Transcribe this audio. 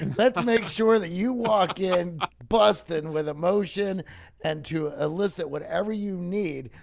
and let's make sure that you walk in busting with emotion and to elicit whatever you need,